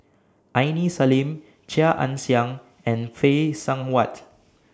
Aini Salim Chia Ann Siang and Phay Seng Whatt